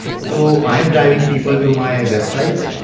so i'm driving people to my website,